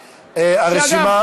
שאגב,